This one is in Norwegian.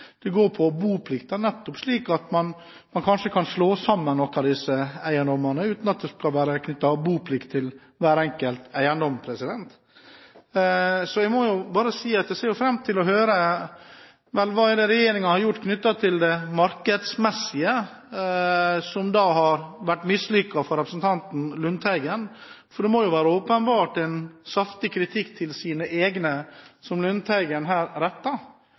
Det går på å oppheve konsesjonskravet, det går på boplikten, slik at man kanskje kan slå sammen noen av disse eiendommene uten at det skal være knyttet boplikt til hver enkelt eiendom. Jeg må si at jeg ser fram til å høre hva regjeringen har gjort i forbindelse med det markedsmessige som har vært mislykket for representanten Lundteigen. Det må åpenbart være en saftig kritikk Lundteigen her retter